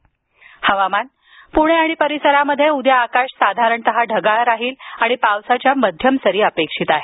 प्णे आणि परिसरात उद्या आकाश साधारण ढगाळ राहून पावसाच्या मध्यम सरी अपेक्षित आहेत